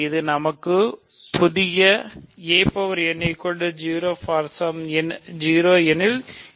இது நமக்கு ஒரு புதிய எனில் இது நீல்பொடென்ட் ஆகும்